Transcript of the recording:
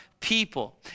people